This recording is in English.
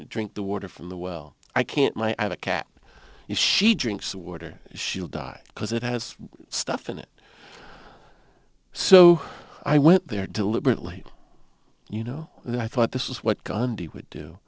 drink the water from the well i can't my i have a cat she drinks water she will die because it has stuff in it so i went there deliberately you know and i thought this is what gandhi would do